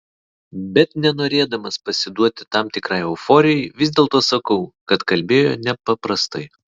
bet nenorėdamas pasiduoti tam tikrai euforijai vis dėlto sakau kad kalbėjo nepaprastai